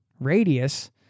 radius